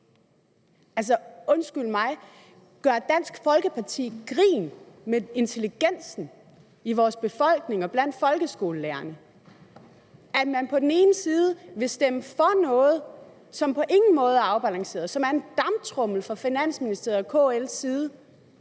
gør Dansk Folkeparti grin med befolkningens og folkeskolelærernes intelligens? De vil på den ene side stemme for noget, som på ingen måde er afbalanceret, og som er som en damptromle fra Finansministeriets og KL's side,